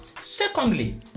secondly